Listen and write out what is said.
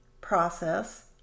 process